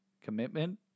Commitment